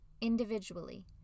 individually